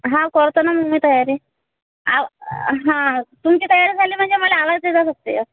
हो करतो ना मग मी तयारी आहो हा तुमची तयारी झाली म्हणजे मला आवाज देजा फक्त